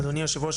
אדוני יושב הראש,